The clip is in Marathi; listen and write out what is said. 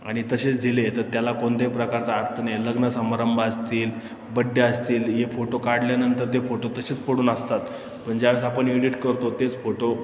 आणि तसेच दिले तर त्याला कोणत्याही प्रकारचा अर्थ नाही आहे लग्नसमारंभ असतील बड्डे असतील हे फोटो काढल्यानंतर ते फोटो तसेच पडून असतात पण ज्यावेळेस आपण एडिट करतो तेच फोटो